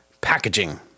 packaging